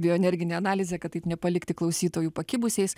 bio energinė analizė kad taip nepalikti klausytojų pakibusiais